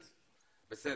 הבנתי, בסדר.